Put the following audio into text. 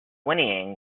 whinnying